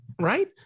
right